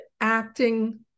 acting